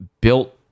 built